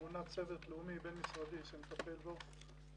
מונה צוות לאומי בין-משרדי שמטפל בו.